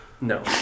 No